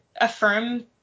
affirm